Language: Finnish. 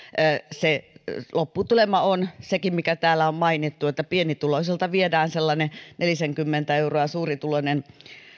lopputulema on mikä sekin täällä on mainittu että pienituloisilta viedään sellainen nelisenkymmentä euroa ja suurituloinen